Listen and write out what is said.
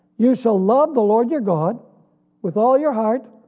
you shall love the lord your god with all your heart,